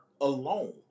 alone